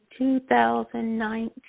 2019